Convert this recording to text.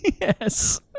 Yes